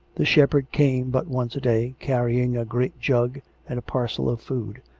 the shepherd came but once a day, carrying a great jug and a parcel of food,